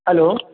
hello